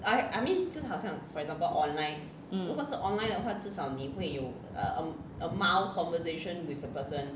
mm